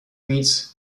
meets